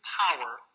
power